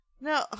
no